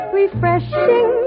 refreshing